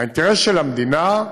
האינטרס של המדינה,